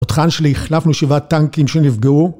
תותחן שלי החלפנו שבעה טנקים שנפגעו